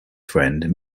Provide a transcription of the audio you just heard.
friend